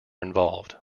involved